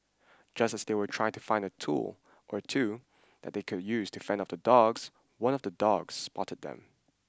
just as they were trying to find a tool or two that they could use to fend off the dogs one of the dogs spotted them